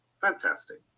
fantastic